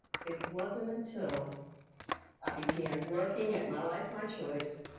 it wasn't until i began working at my life, my choice,